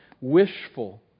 wishful